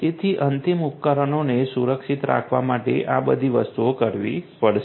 તેથી અંતિમ ઉપકરણોને સુરક્ષિત રાખવા માટે આ બધી વસ્તુઓ કરવી પડશે